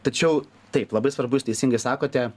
tačiau taip labai svarbu jūs teisingai sakote